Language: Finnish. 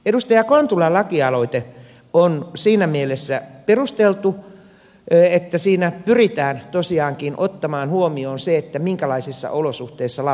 edustaja kontulan lakialoite on siinä mielessä perusteltu että siinä pyritään tosiaankin ottamaan huomioon se minkälaisissa olosuhteissa lapset ovat